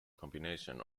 combination